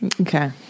Okay